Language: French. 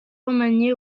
remanié